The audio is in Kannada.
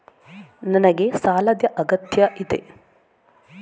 ನನಗೆ ಸಾಲದ ಅಗತ್ಯ ಇದೆ?